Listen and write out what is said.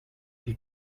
die